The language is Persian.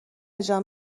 جان